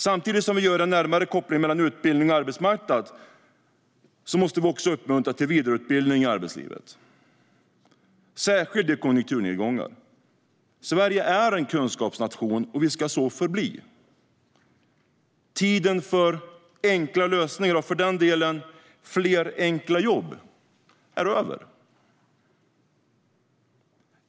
Samtidigt som vi gör en närmare koppling mellan utbildning och arbetsmarknad måste vi uppmuntra till vidareutbildning i arbetslivet, särskilt i konjunkturnedgångar. Sverige är en kunskapsnation och ska så förbli. Tiden för enkla lösningar och, för den delen, fler enkla jobb är över.